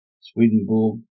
Swedenborg